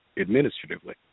administratively